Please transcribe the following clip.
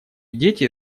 дети